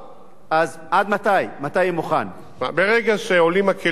ברגע שעולים הכלים והכלים נמצאים והקבלנים זוכים,